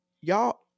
y'all